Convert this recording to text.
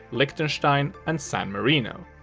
liechtenstein, and san marino.